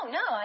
no